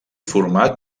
format